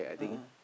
a'ah